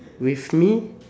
with me